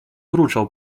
mruczał